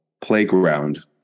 playground